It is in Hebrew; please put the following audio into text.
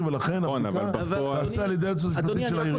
לכן הבדיקה תיעשה על ידי היועצת המשפטית של העירייה.